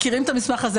מכירים את המסמך הזה,